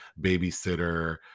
babysitter